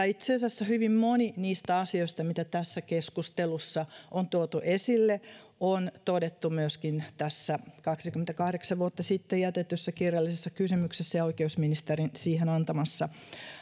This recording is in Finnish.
itse asiassa hyvin moni niistä asioista mitkä tässä keskustelussa on tuotu esille on todettu myöskin tässä kaksikymmentäkahdeksan vuotta sitten jätetyssä kirjallisessa kysymyksessä ja oikeusministerin siihen antamassa